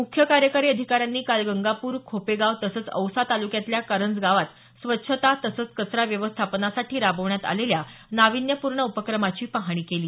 मुख्य कार्यकारी अधिकाऱ्यांनी काल गंगापूर खोपेगाव तसंच औसा तालुक्यातल्या करंजगावात स्वच्छता तसंच कचरा व्यवस्थापनासाठी राबवण्यात आलेल्या नावीन्यपूर्ण उपक्रमाची पाहणी केली